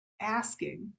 asking